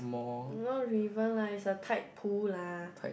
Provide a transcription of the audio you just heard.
not river lah it's a tide pool lah